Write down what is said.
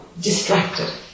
distracted